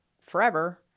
forever